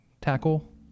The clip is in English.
tackle